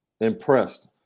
impressed